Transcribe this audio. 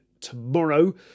tomorrow